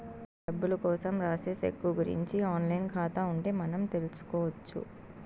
డబ్బులు కోసం రాసే సెక్కు గురుంచి ఆన్ లైన్ ఖాతా ఉంటే మనం తెల్సుకొచ్చు